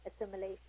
assimilation